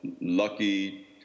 lucky